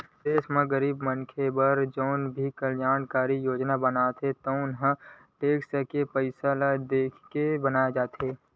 देस म गरीब मनखे बर जउन भी कल्यानकारी योजना बनथे तउन ह टेक्स के पइसा ल देखके बनाए जाथे